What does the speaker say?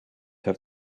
have